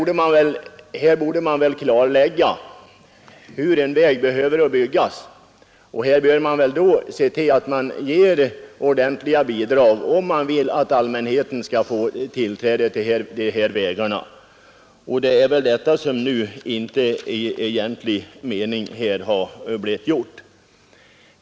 Det bör också klarläggas hur dessa vägar skall byggas och lämnas ordentliga bidrag därtill, om man vill att allmänheten skall få tillträde till dem. Ett sådant klarläggande har i egentlig mening inte gjorts.